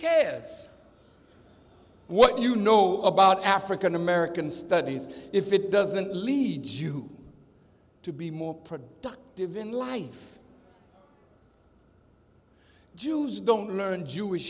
cares what you know about african american studies if it doesn't lead you to be more productive in life jews don't learn jewish